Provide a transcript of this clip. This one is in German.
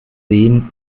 zehn